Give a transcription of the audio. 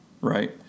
right